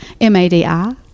M-A-D-I